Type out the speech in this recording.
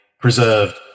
preserved